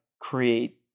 create